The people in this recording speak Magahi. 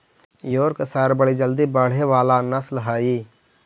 योर्कशायर बड़ी जल्दी बढ़े वाला नस्ल हई